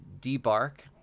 debark